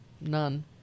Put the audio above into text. none